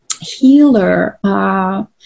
healer